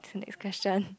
next question